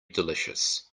delicious